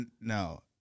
no